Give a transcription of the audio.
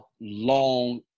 long